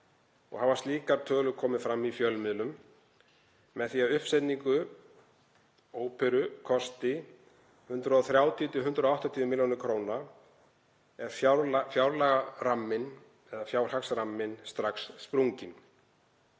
og hafa slíkar tölur komið fram í fjölmiðlum. Með því að uppsetning óperu kosti 130–180 millj. kr. er fjárlagaramminn eða fjárhagsramminn strax sprunginn.